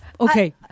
Okay